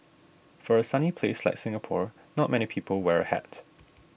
for a sunny place like Singapore not many people wear hat